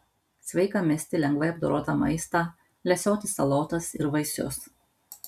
sveika misti lengvai apdorotą maistą lesioti salotas ir vaisius